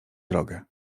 drogę